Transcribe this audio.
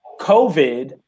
COVID